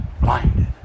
blinded